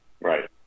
right